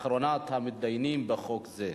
אחרונת המתדיינים בחוק זה.